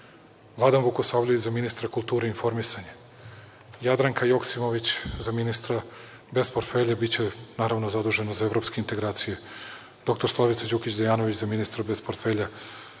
sporta. Vladan Vukosavljević – za ministra kulture i informisanja. Jadranka Joksimović – za ministra bez portfelja, biće naravno zadužena za evropske integracije. Dr Slavica Đukić Dejanović – za ministra bez portfelja,